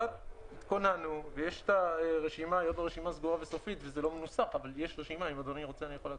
הרי כבר היו דברים מעולם עם שרים שהיה להם אגו והם ייבשו...